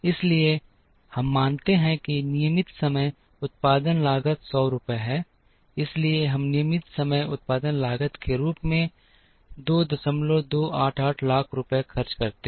इसलिए हम मानते हैं कि नियमित समय उत्पादन लागत 100 रुपये है इसलिए हम नियमित समय उत्पादन लागत के रूप में 2288 लाख रुपये खर्च करते हैं